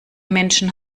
menschen